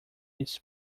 its